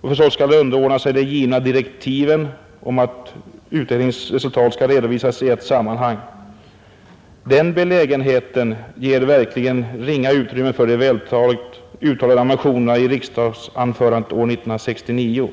och förstås skall underordna sig de givna direktiven om att utredningens resultat skall redovisas i ett sammanhang. Den belägenheten ger verkligen ringa utrymme för de vältaligt uttalade ambitionerna i riksdagsanförandet år 1969.